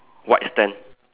white stand